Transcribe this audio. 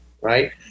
right